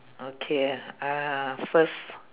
okay uh first